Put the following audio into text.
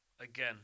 again